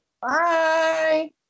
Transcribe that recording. Bye